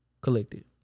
collected